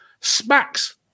smacks